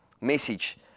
message